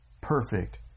perfect